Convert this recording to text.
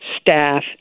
staff